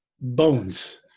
bones